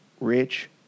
rich